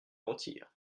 retire